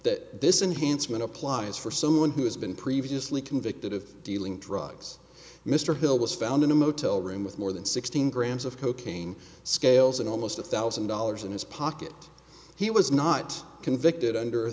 that this enhanced man applies for someone who has been previously convicted of dealing drugs mr hill was found in a motel room with more than sixteen grams of cocaine scales and almost a thousand dollars in his pocket he was not convicted under